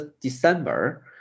December